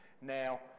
now